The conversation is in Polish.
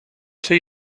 czy